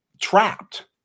trapped